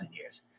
years